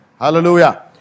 Hallelujah